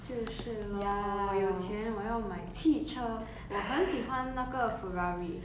就是 lor 我有钱我要买汽车我很喜欢那个 ferrari